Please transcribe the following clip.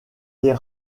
des